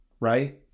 right